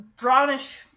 brownish